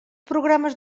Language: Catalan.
programes